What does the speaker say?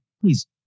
please